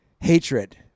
hatred